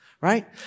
Right